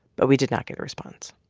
but we did not get a response